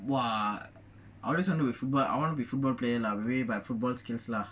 !wah! I always wanted to be I wanna be football player lah but maybe football skills lah